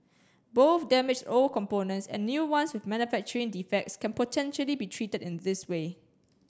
both damaged old components and new ones with manufacturing defects can potentially be treated in this way